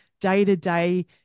day-to-day